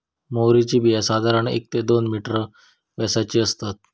म्होवरीची बिया साधारण एक ते दोन मिलिमीटर व्यासाची असतत